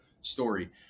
story